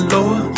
Lord